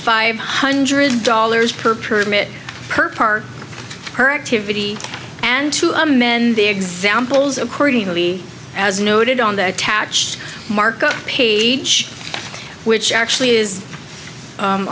five hundred dollars per permit per park her activity and to amend the examples accordingly as noted on the attached markup page which actually is